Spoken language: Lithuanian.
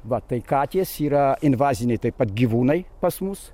va tai katės yra invaziniai taip pat gyvūnai pas mus